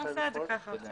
יתחייב לפעול.